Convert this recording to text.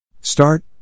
start